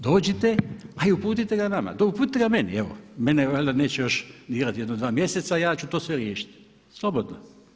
Dođite pa i uputite ga nama, uputite ga meni, evo, mene valjda neće još dirati jedno dva mjeseca i ja ću to sve riješiti, slobodno.